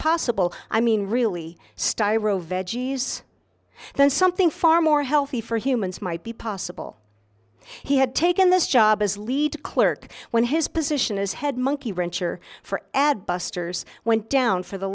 possible i mean really styron veggies then something far more healthy for humans might be possible he had taken this job as lead clerk when his position as head monkey wrench or for adbusters went down for the